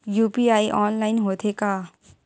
UPI online होथे का?